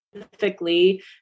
specifically